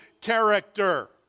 character